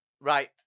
Right